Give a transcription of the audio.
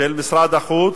של משרד החוץ,